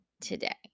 today